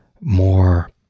more